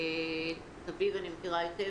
את אביו אני מכירה היטב,